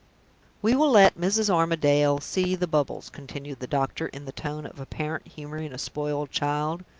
we will let mrs. armadale see the bubbles, continued the doctor, in the tone of a parent humoring a spoiled child.